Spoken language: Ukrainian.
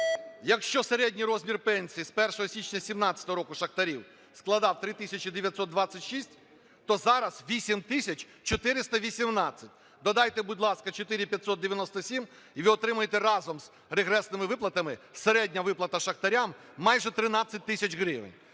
Якщо середній розмір пенсій з 1 січня 17-го року шахтарів складав 3 тисячі 926, то зараз – 8 тисяч 418. Додайте, будь ласка, 4597 - і ви отримаєте разом зрегресними виплатами: середня виплата шахтарям – майже 13 тисяч гривень.